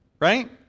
Right